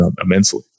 immensely